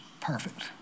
perfect